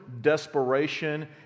desperation